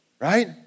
right